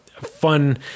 fun